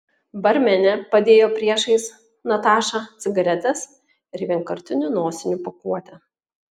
barmenė padėjo priešais natašą cigaretes ir vienkartinių nosinių pakuotę